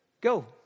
Go